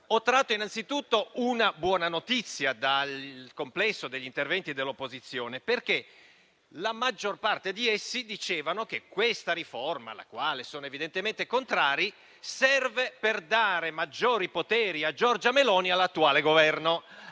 ho tratto innanzitutto una buona notizia dal complesso degli interventi dell'opposizione, perché la maggior parte di essi dicevano che questa riforma, alla quale sono evidentemente contrari, serve per dare maggiori poteri a Giorgia Meloni e all'attuale Governo.